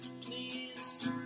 Please